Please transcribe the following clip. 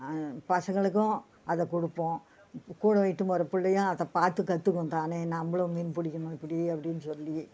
பசங்களுக்கும் அதை கொடுப்போம் கூட இட்டுனு போகிற பிள்ளையும் அதைப் பார்த்து கற்றுக்கும் தானே நம்மளும் மீன் பிடிக்கணும் இப்படி அப்படின்னு சொல்லி